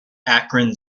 akron